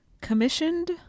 commissioned